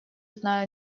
знаю